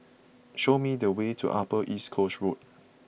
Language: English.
show me the way to Upper East Coast Road